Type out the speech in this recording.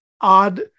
odd